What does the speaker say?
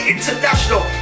International